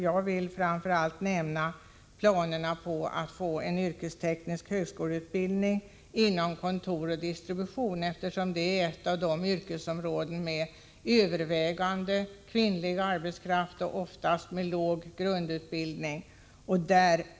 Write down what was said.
Jag vill framför allt nämna planerna på en yrkesteknisk högskoleutbildning inom kontor och distribution, eftersom det är ett av de yrkesområden som har övervägande kvinnlig arbetskraft, oftast med låg grundutbildning.